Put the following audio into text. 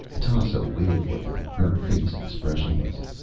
tasso waited for them, her face expressionless.